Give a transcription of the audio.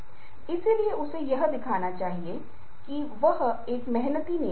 इसलिए मैं आपको ३ से ४ चित्र दिखाऊंगा क्यूंकि मेरे पास अधिक समय नहीं है